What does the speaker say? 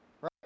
right